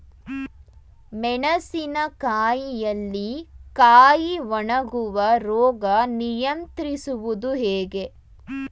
ಮೆಣಸಿನ ಕಾಯಿಯಲ್ಲಿ ಕಾಯಿ ಒಣಗುವ ರೋಗ ನಿಯಂತ್ರಿಸುವುದು ಹೇಗೆ?